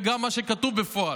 וגם את מה שכתוב בפועל.